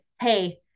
Hey